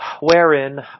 wherein